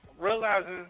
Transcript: realizing